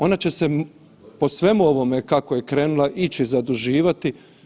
Ona će se po svemu ovome, kako je krenula ići zaduživati.